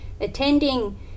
attending